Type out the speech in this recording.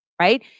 right